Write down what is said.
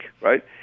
Right